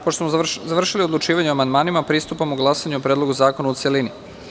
Pošto smo završili odlučivanje o amandmanima, pristupamo glasanju o Predlogu zakona u celini.